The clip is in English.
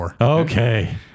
Okay